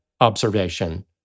observation